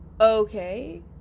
okay